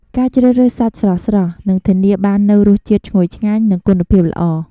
ការជ្រើសរើសសាច់ស្រស់ៗ នឹងធានាបាននូវរសជាតិឈ្ងុយឆ្ងាញ់ និងគុណភាពល្អ។